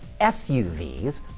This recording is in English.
SUVs